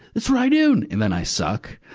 that's ry doon. and then i suck.